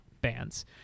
bands